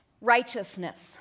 righteousness